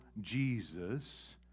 Jesus